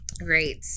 Great